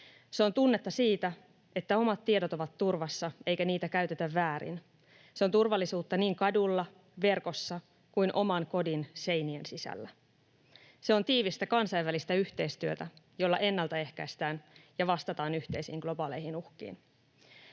Se on tunnetta siitä, että omat tiedot ovat turvassa eikä niitä käytetä väärin. Se on turvallisuutta niin kadulla, verkossa kuin oman kodin seinien sisällä. Se on tiivistä kansainvälistä yhteistyötä, jolla ennaltaehkäistään ja vastataan yhteisiin globaaleihin uhkiin.